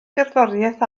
gerddoriaeth